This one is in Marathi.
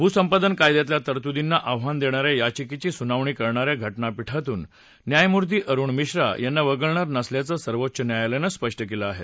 भूसंपादन कायद्यातल्या तरतूदींना आव्हान देणा या याचिकेच िुनावण करणाऱ्या घटनापवितून न्यायमूर्ती अरुण मिश्रा यांना वगळणार नसल्याचं सर्वोच्च न्यायालयानं स्पष्ट केलं आहे